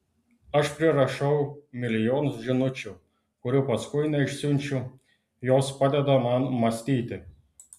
aš prirašau milijonus žinučių kurių paskui neišsiunčiu jos padeda man mąstyti